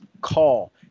Call